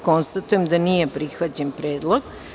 Konstatujem da nije prihvaćen ovaj predlog.